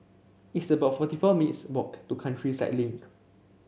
it's about forty four minutes' walk to Countryside Link